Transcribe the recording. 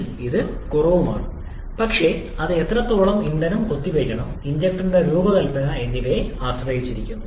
തീർച്ചയായും ഇത് ഒരു ചെറിയ തലത്തിലേക്ക് കുറയ്ക്കാൻ ഞങ്ങൾ ആഗ്രഹിക്കുന്നു പക്ഷേ അത് എത്രത്തോളം ഇന്ധനം കുത്തിവയ്ക്കണം ഇൻജക്ടറിന്റെ രൂപകൽപ്പന എന്നിവയെ ആശ്രയിച്ചിരിക്കുന്നു